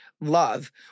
love